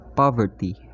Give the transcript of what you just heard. Poverty